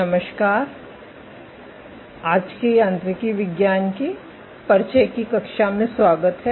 नमस्कार आज के यंत्रिकी विज्ञान के परिचय की कक्षा में स्वागत है